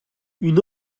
une